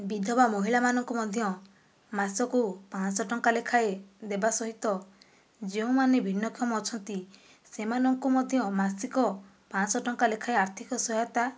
ବିଧବା ମହିଳାମାନଙ୍କୁ ମଧ୍ୟ ମାସକୁ ପାଞ୍ଚଶହ ଟଙ୍କା ଲେଖାଏଁ ଦେବା ସହିତ ଯେଉଁମାନେ ଭିନ୍ନକ୍ଷମ ଅଛନ୍ତି ସେମାନଙ୍କୁ ମଧ୍ୟ ମାସିକ ପାଞ୍ଚଶହ ଟଙ୍କା ଲେଖାଏଁ ଆର୍ଥିକ ସହାୟତା